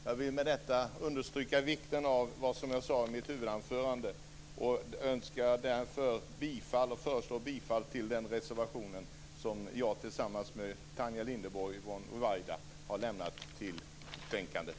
Jag vill med detta understryka vikten av det jag sade i mitt huvudanförande och yrkar därför bifall till den reservation som jag tillsammans med Tanja Linderborg och Yvonne Ruwaida har lämnat till betänkandet.